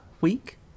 week